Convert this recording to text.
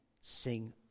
sing